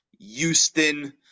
Houston